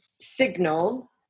signal